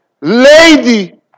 lady